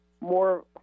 more